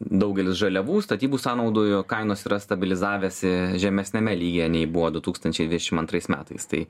daugelis žaliavų statybų sąnaudų jų kainos yra stabilizavęsi žemesniame lygyje nei buvo du tūkstančiai dvidešim antrais metais tai